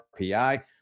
RPI